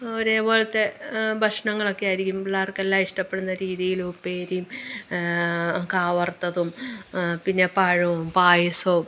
ഒരേപോലത്തെ ഭക്ഷണങ്ങളൊക്കെ ആയിരിക്കും പിള്ളേർക്കെല്ലാം ഇഷ്ടപ്പെടുന്ന രീതിയിലുപ്പേരിയും കാവറുത്തതും പിന്നെ പഴവും പായസവും